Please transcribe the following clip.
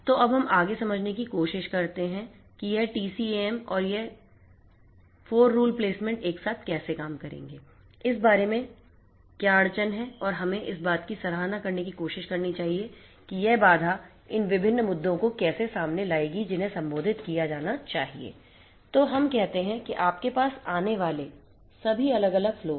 तो अब हम आगे समझने की कोशिश करते हैं कि यह टीसीएएम और यह 4 रूल प्लेसमेंट एक साथ कैसे काम करेंगे इस बारे में क्या अड़चन है और हमें इस बात की सराहना करने की कोशिश करनी चाहिए कि यह बाधा इन विभिन्न मुद्दों को कैसे सामने लाएगी जिन्हें संबोधित किया जाना चाहिए तो हम कहते हैं कि आपके पास आने वाले सभी अलग अलग फ्लो हैं